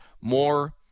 more